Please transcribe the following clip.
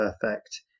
perfect